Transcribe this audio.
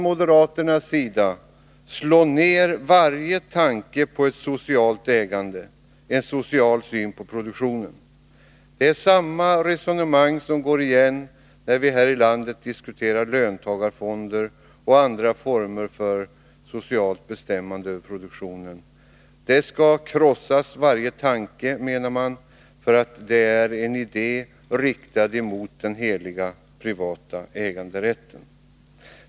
Moderaterna vill slå ned varje tanke på ett socialt ägande och en social syn på produktionen. Samma resonemang går igen när vi här i landet diskuterar löntagarfonder och andra former för socialt bestämmande över produktionen. Man menar att varje tanke på detta skall krossas, eftersom man anser att det är någonting som är riktat mot den heliga privata äganderätten.